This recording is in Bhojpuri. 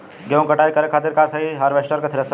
गेहूँ के कटाई करे खातिर का सही रही हार्वेस्टर की थ्रेशर?